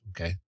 okay